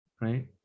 right